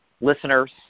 listeners